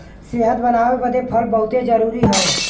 सेहत बनाए बदे फल बहुते जरूरी हौ